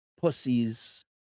pussies